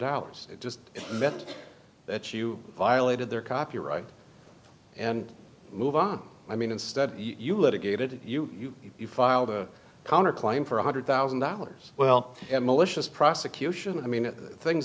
dollars it just meant that you violated their copyright and move on i mean instead you litigated you you filed a counter claim for one hundred thousand dollars well malicious prosecution i mean things